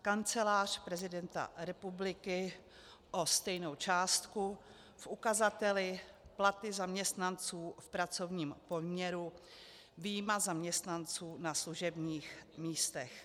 Kancelář prezidenta republiky o stejnou částku v ukazateli platy zaměstnanců v pracovním poměru, vyjma zaměstnanců na služebních místech.